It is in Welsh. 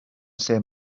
lle